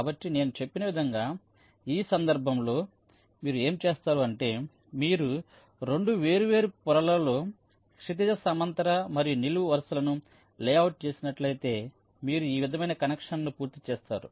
కాబట్టి నేను చెప్పిన విధంగా ఈ సందర్భంలో మీరు ఏమి చేస్తారు అంటే మీరు రెండు వేర్వేరు పొరలలో క్షితిజ సమాంతర మరియు నిలువు వరుసలను లేఅవుట్ చేసినట్లైతే మీరు ఈ విధమైన కనెక్షన్లను పూర్తి చేస్తారు